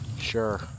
Sure